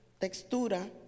Textura